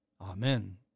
Amen